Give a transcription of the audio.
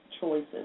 choices